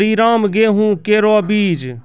श्रीराम गेहूँ केरो बीज?